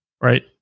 right